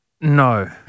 No